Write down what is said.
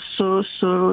su su